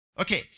Okay